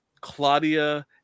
Claudia